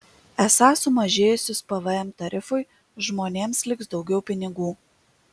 esą sumažėjusius pvm tarifui žmonėms liks daugiau pinigų